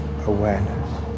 awareness